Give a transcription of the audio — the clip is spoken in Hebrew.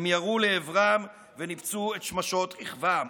הם ירו לעברם וניפצו את שמשות רכבם.